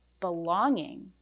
belonging